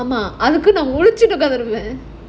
ஆமா அதுக்கு முழிச்சி இருக்கனும்:aamaa adhuku muzhichi irukanum